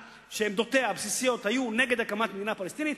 שעמדותיה הבסיסיות היו נגד הקמת מדינה פלסטינית,